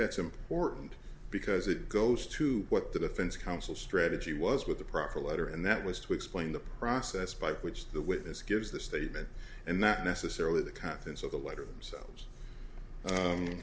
that's important because it goes to what the defense counsel strategy was with the proper letter and that was to explain the process by which the witness gives the statement and not necessarily the contents of the letter selves